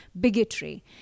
bigotry